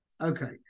Okay